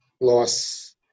loss